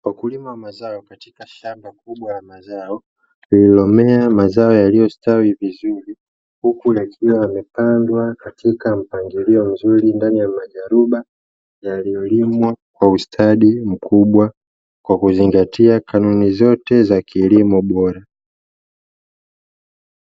Wakulima wa mazao katika shamba kubwa la mazao lililomea mazao yaliyostawi vizuri, huku yakiwa yamepandwa katika mpangilio mzuri ndani ya majaruba yaliyolimwa kwa ustadi mkubwa, kwa kuzingatia kanuni zote za kilimo bora.